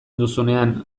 duzunean